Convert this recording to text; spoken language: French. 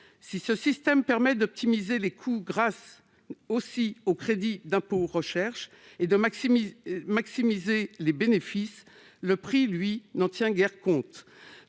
Si ce système permet d'optimiser les coûts, grâce aussi au crédit d'impôt recherche (CIR), et de maximiser les bénéfices, le prix, lui, n'en tient guère compte.